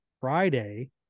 friday